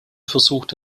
versucht